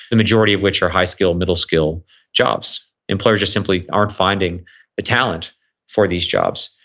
the majority of which are high skill, middle skill jobs. employers simply aren't finding the talent for these jobs.